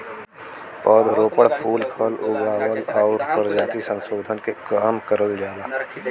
पौध रोपण, फूल फल उगावल आउर परजाति संसोधन के काम करल जाला